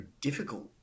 difficult